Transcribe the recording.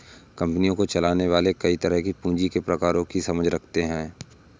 company को चलाने वाले कई तरह के पूँजी के प्रकारों की समझ रखते हैं